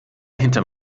hinterm